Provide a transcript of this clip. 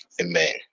Amen